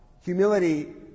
Humility